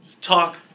talk